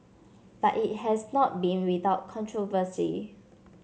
but it has not been without controversy